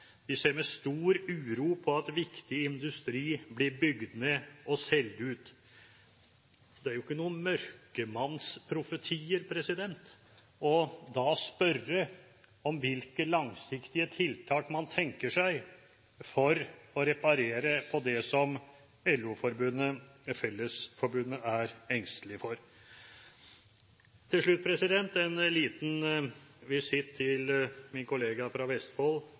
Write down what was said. De ser med stor uro på at viktig industri blir bygd ned og solgt ut. Det er ikke noen mørkemannsprofetier da å spørre om hvilke langsiktige tiltak man tenker seg for å reparere på det som LO-forbundet Fellesforbundet er engstelig for. Til slutt en liten visitt til min kollega fra Vestfold,